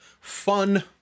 fun